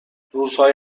روزهای